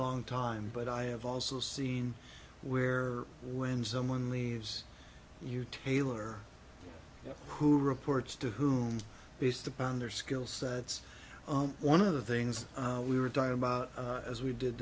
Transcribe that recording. long time but i have also seen where when someone leaves you tailor who reports to whom based upon their skill sets one of the things we were talking about as we did